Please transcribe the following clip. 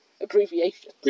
abbreviation